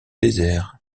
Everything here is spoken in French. désert